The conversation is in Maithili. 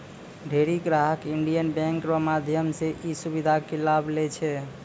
ढेरी ग्राहक इन्डियन बैंक रो माध्यम से ई सुविधा के लाभ लै छै